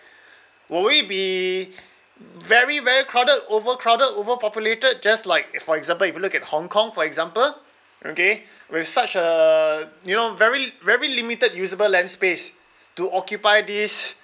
will we be very very crowded overcrowded overpopulated just like for example if you look at hong kong for example okay with such a you know very very limited usable land space to occupy this